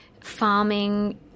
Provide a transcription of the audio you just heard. farming